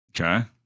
Okay